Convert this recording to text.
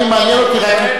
מעניין אותי רק,